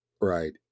Right